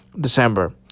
December